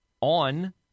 on